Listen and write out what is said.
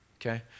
okay